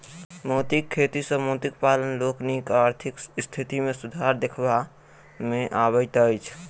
मोतीक खेती सॅ मोती पालक लोकनिक आर्थिक स्थिति मे सुधार देखबा मे अबैत अछि